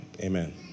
amen